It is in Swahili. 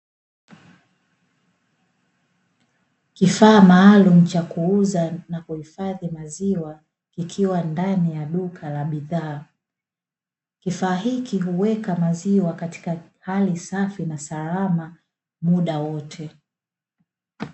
Kifaa maalumu cha kuuza na kuhifadhi maziwa, kikiwa ndani ya duka la bidhaa, kifaa hiki huweka maziwa katika hali safi na salama muda wote.